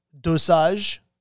Dosage